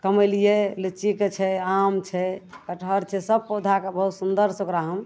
कमेलिए लिच्चीके छै आम छै कटहर छै सब पौधाके बहुत सुन्दरसे ओकरा हम